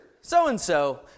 so-and-so